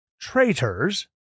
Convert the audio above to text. traitors